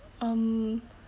um